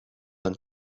een